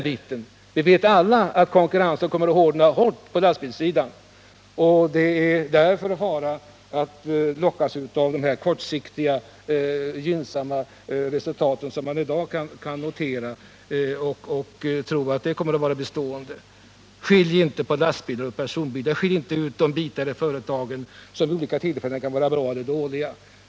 Vi vet alla att konkurrensen kommer att hårdna mycket på lastbilssidan, och det är därför farligt att lockas av de kortsiktigt gynnsamma resultat som i dag kan noteras och tro att de kommer att vara bestående. Skilj inte på lastbilar och personbilar! Skilj inte ut de bitar ur företagen som vid olika tillfällen kan vara bra eller dåliga!